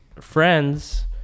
friends